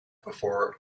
before